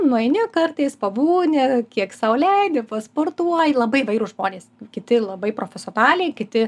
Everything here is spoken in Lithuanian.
nueini kartais pabūni kiek sau leidi pasportuoji labai įvairūs žmonės kiti labai profesionaliai kiti